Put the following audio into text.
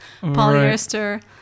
polyester